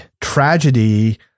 tragedy